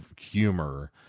humor